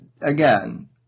again